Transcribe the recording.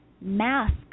mask